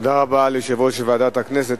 תודה רבה ליושב-ראש ועדת הכנסת.